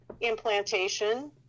implantation